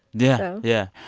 yeah, yeah.